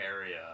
area